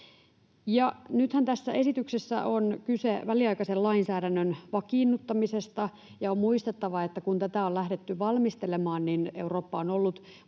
Nythän tässä esityksessä on kyse väliaikaisen lainsäädännön vakiinnuttamisesta, ja on muistettava, että kun tätä on lähdetty valmistelemaan, niin Eurooppa on ollut